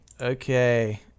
Okay